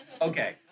okay